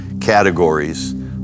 categories